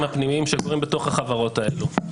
הפנימיים שקורים בתוך החברות האלה.